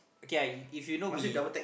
okay ya if you know me